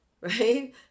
right